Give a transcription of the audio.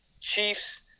Chiefs